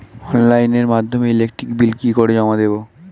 অনলাইনের মাধ্যমে electric bill কি করে জমা দেবো?